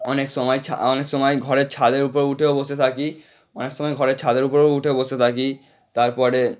অনেক সময় ছা অনেক সময় ঘরের ছাদের ওপর উঠেও বসে থাকি অনেক সময় ঘরের ছাদের উপরও উঠে বসে থাকি তারপরে